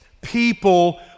people